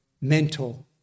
mental